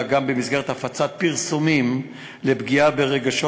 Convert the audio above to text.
אלא גם במסגרת הפצת פרסומים לפגיעה ברגשות